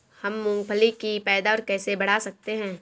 हम मूंगफली की पैदावार कैसे बढ़ा सकते हैं?